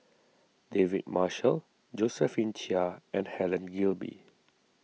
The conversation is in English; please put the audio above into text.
David Marshall Josephine Chia and Helen Gilbey